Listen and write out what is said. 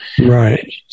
Right